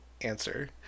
answer